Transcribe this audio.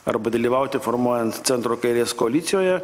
arba dalyvauti formuojant centro kairės koalicijoje